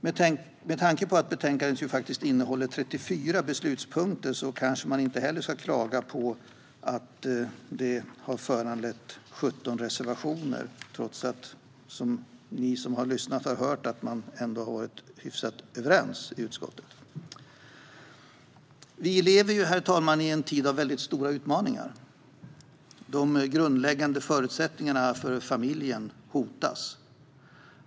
Med tanke på att betänkandet innehåller 34 beslutspunkter kanske man inte ska klaga på att dessa har föranlett 17 reservationer. Ni som har lyssnat har hört att man ändå har varit hyfsat överens i utskottet. Vi lever i en tid med stora utmaningar. De grundläggande förutsättningarna för familjen hotas.